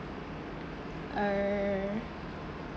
err